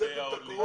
למשרד